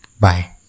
Bye